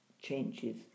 changes